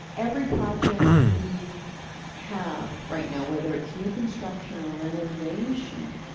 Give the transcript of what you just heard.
every project we have right now, whether it's new construction or renovation,